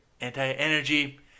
anti-energy